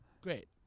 great